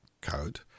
code